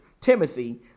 Timothy